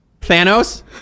Thanos